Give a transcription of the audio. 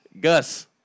Gus